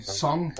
song